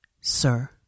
sir